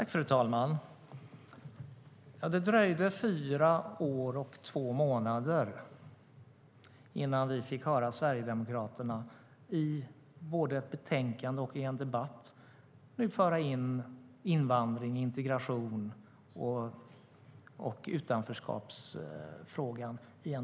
Fru talman! Det dröjde fyra år och två månader innan vi i näringsutskottet fick höra Sverigedemokraterna både i ett betänkande och i en debatt föra in invandrings-, integrations och utanförskapsfrågan.